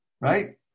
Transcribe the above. right